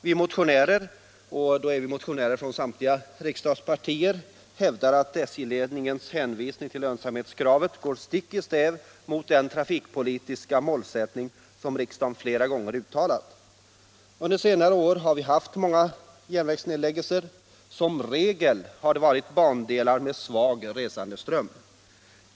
Vi motionärer — och då företräder vi samtliga riksdagspartier — hävdar att SJ-ledningens hänvisning till lönsamhetskravet går stick i stäv mot den trafikpolitiska målsättning som riksdagen flera gånger uttalat. Under senare år har vi haft många järnvägsnedläggelser. Som regel har det varit bandelar med svag resandeström.